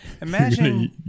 Imagine